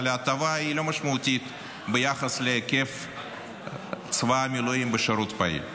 אבל ההטבה היא לא משמעותית ביחס להיקף צבא המילואים בשירות פעיל.